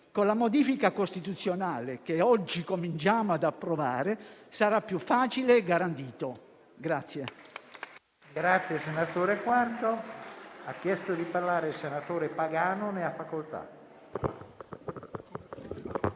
con la modifica costituzionale che oggi cominciamo ad approvare sarà più facile e garantito.